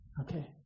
okay